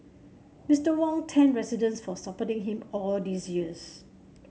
Mister Wong thanked residents for supporting him all these years